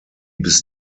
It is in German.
bis